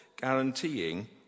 guaranteeing